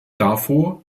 davor